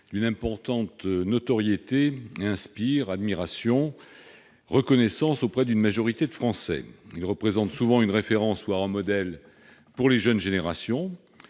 d'une importante notoriété. Ils inspirent admiration et reconnaissance à une majorité de Français. Ils représentent souvent une référence, voire un modèle, pour les jeunes générations.